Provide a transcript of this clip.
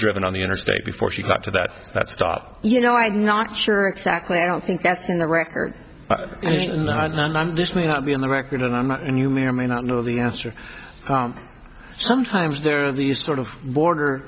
driven on the interstate before she got to that that stop you know i'm not sure exactly i don't think that's in the record and i just may not be on the record and i'm not and you may or may not know the answer sometimes there are these sort of border